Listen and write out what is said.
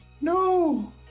No